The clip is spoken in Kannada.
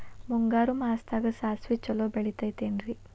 ಮುಂಗಾರು ಮಾಸದಾಗ ಸಾಸ್ವಿ ಛಲೋ ಬೆಳಿತೈತೇನ್ರಿ?